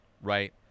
right